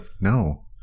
no